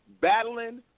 battling